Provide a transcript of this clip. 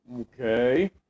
Okay